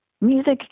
music